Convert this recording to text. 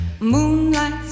moonlight